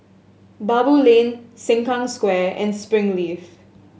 Baboo Lane Sengkang Square and Springleaf